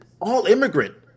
all-immigrant